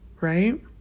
Right